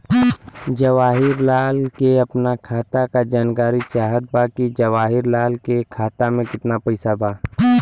जवाहिर लाल के अपना खाता का जानकारी चाहत बा की जवाहिर लाल के खाता में कितना पैसा बा?